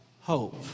hope